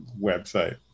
website